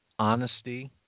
honesty